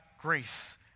grace